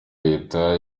leta